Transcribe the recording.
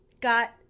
got